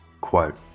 quote